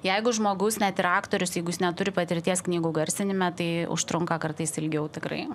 jeigu žmogus net ir aktorius jeigu jis neturi patirties knygų garsinime tai užtrunka kartais ilgiau tikrai